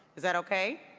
is that okay?